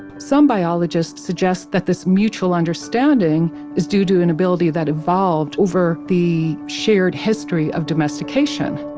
some biologists suggest that this mutual understanding is due to an ability that evolved over the shared history of domestication